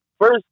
First